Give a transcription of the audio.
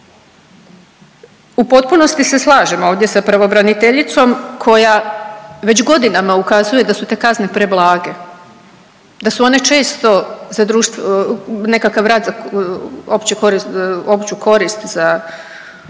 U potpunosti se slažem ovdje sa pravobraniteljicom koja već godinama ukazuje da su te kazne preblage, da su one često za društv…, nekakav rad za opću korist,